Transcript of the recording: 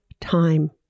time